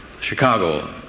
Chicago